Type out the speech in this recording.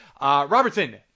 Robertson